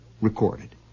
recorded